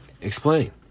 explain